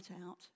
out